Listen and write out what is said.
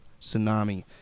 tsunami